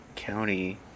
county